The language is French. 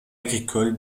agricoles